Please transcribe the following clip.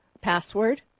password